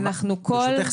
ברשותך,